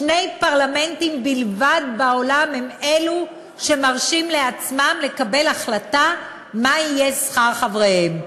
שני פרלמנטים בעולם מרשים לעצמם לקבל החלטה מה יהיה שכר חבריהם.